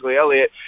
Elliott